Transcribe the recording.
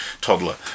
toddler